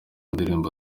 ndirimbo